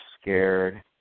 scared